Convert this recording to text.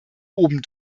oben